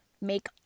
Make